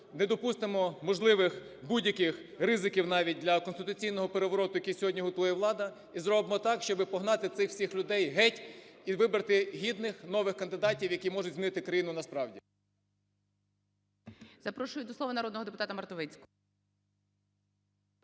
не допустимо можливих будь-яких ризиків навіть для конституційного перевороту, який сьогодні готує влада, і зробимо так, щоби погнати цих всіх людей геть і вибрати гідних нових кандидатів, які можуть змінити країну насправді.